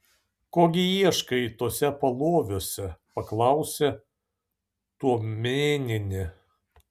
ko gi ieškai tuose paloviuose paklausė tuomėnienė